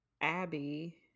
Abby